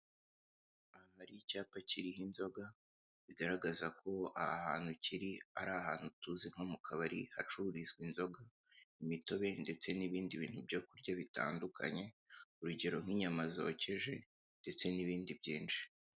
Aha hari icyapa kiriho inzoga bigaragaza ko aha hantu kiri ari ahantu tuzi nko mu kabari hacururizwa inzoga, imitobe ndetse n'ibindi bintu byo kurya bitandukanye urugero nk'inyama zokeje ndetse n'ibindi byinshi.